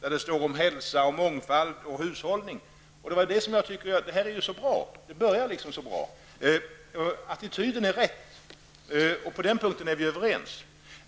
där det talas om hälsa, mångfald och hushållning. Det här låter ju så bra -- attityden är den rätta, och på den punkten är vi överens.